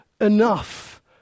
enough